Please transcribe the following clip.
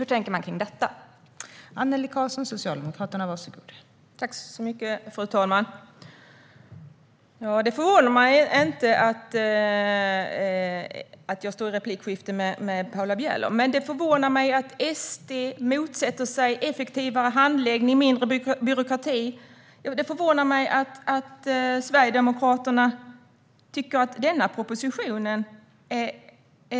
Hur tänker ni kring detta, Annelie Karlsson?